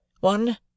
One